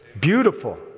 beautiful